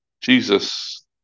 Jesus